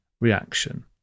reaction